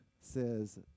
says